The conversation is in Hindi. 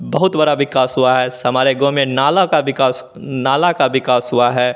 बहुत बड़ा विकास हुआ है हमारे गाँव में नाले का विकास नाले का विकास हुआ है